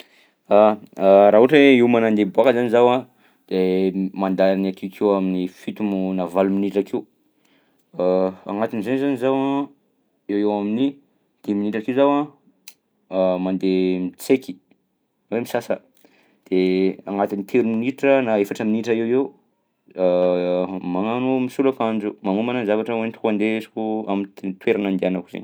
Ah, raha ohatra hoe iomana andeha hiboaka zany zaho a de mandany akekeo amin'ny fito mo- na valo minitra akeo, agnatin'zay zany zaho a eo ho eo amin'ny dimy minitra akeo zaho mandeha mitsaiky na hoe misasa, de agnatin'ny telo minitra na efatra minitra eo ho eo magnano misolo akanjo, magnomana zavatra hoentiko andesiko am't- toerana andianako zaigny.